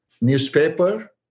newspaper